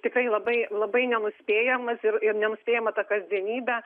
tikrai labai labai nenuspėjamas ir ir nenuspėjama ta kasdienybė